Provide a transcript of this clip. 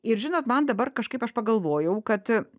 ir žinot man dabar kažkaip aš pagalvojau kad